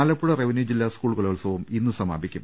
Alappuzha revenue ജില്ലാ school Kalolsavam ഇന്ന് സമാപിക്കും